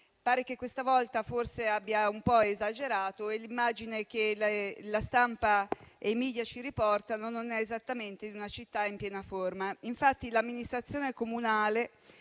pare che questa volta forse abbia un po' esagerato e l'immagine che la stampa e i *media* ci riportano non è esattamente quella di una città in piena forma. Infatti, l'amministrazione comunale